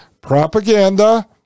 propaganda